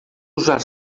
usar